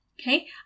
okay